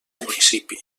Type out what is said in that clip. municipi